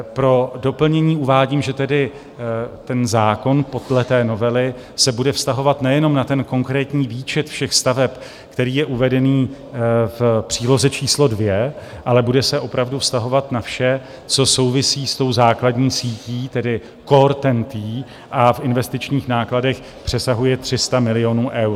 Pro doplnění uvádím, že zákon podle té novely se bude vztahovat nejenom na konkrétní výčet všech staveb, který je uvedený v příloze číslo 2, ale bude se opravdu vztahovat na vše, co souvisí s tou základní sítí, tedy core TENT, a v investičních nákladech přesahuje 300 milionů eur.